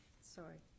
Sorry